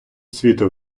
світу